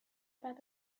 بعد